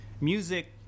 Music